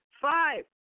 five